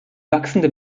wachsende